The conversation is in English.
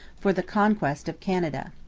for the conquest of canada.